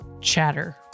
Chatter